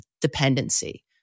dependency